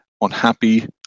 unhappy